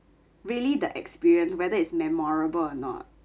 really the experience whether it's memorable or not